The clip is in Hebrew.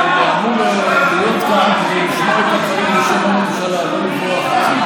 הוא אמור להיות כאן כדי לשמוע את הדברים בשם בממשלה ולא לברוח הצידה.